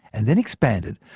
and then expanded,